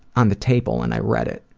on the table and i read it.